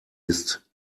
ist